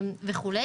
וכו'.